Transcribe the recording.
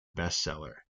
bestseller